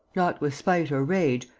not with spite or rage,